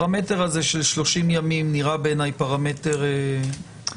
הפרמטר הזה של 30 ימים נראה בעיניי פרמטר מוזר.